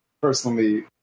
personally